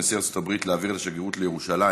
נשיא ארצות הברית להעביר את השגרירות לירושלים,